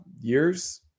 years